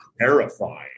terrifying